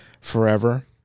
forever